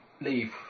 leave